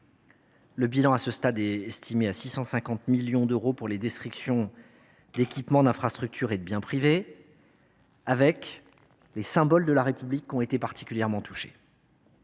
Le bilan, à ce stade, fait état d’un montant de 650 millions d’euros pour les destructions d’équipements, d’infrastructures et de biens privés. Les symboles de la République ont été particulièrement touchés